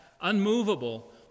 unmovable